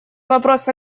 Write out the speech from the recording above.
вопрос